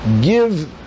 give